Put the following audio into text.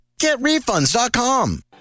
GetRefunds.com